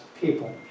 people